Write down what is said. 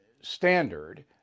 standard